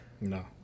No